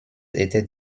était